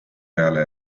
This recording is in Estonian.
peale